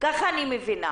כך אני מבינה.